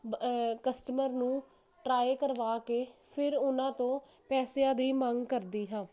customer ਨੂੰ try ਕਰਵਾ ਕੇ ਫਿਰ ਉਹਨਾਂ ਤੋਂ ਪੈਸਿਆਂ ਦੀ ਮੰਗ ਕਰਦੀ ਹਾਂ